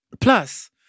Plus